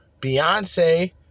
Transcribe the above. Beyonce